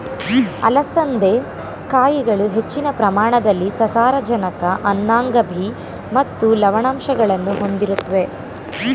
ಅಲಸಂದೆ ಕಾಯಿಗಳು ಹೆಚ್ಚಿನ ಪ್ರಮಾಣದಲ್ಲಿ ಸಸಾರಜನಕ ಅನ್ನಾಂಗ ಬಿ ಮತ್ತು ಲವಣಾಂಶಗಳನ್ನು ಹೊಂದಿರುತ್ವೆ